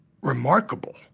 remarkable